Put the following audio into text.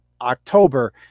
October